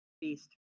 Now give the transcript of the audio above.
beast